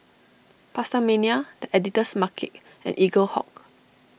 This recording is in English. PastaMania the Editor's Market and Eaglehawk